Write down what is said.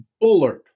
Bullard